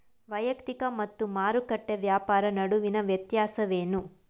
ವೈಯಕ್ತಿಕ ಮತ್ತು ಮಾರುಕಟ್ಟೆ ವ್ಯಾಪಾರ ನಡುವಿನ ವ್ಯತ್ಯಾಸವೇನು?